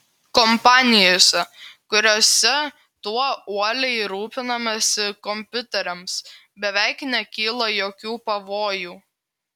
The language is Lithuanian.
kompanijose kuriose tuo uoliai rūpinamasi kompiuteriams beveik nekyla jokių pavojų